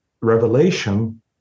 revelation